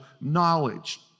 knowledge